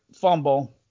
fumble